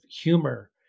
humor